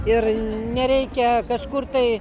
ir nereikia kažkur tai